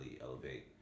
elevate